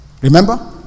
Remember